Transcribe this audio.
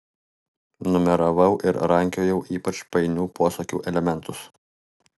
numeravau ir rankiojau ypač painių posakių elementus